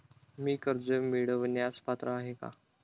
मी कर्ज मिळवण्यास पात्र आहे का?